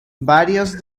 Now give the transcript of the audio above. varios